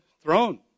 throne